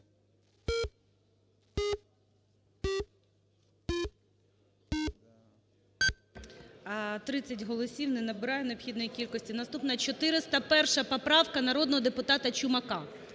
30 голосів. Не набирає необхідної кількості. Наступна 401 поправка народного депутата Чумака.